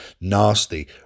nasty